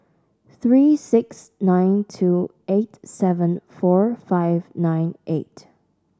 three six nine two eight seven four five nine eight